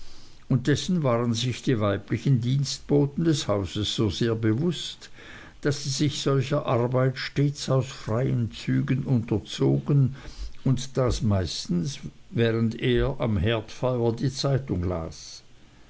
und dessen waren sich die weiblichen dienstboten des hauses so sehr bewußt daß sie sich solcher arbeit stets aus freien stücken unterzogen und das meistens während er am herdfeuer die zeitung las